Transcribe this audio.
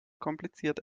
kompliziert